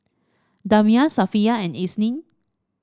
Damia Safiya and Isnin